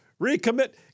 Recommit